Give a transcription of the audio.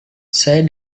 saya